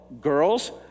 girls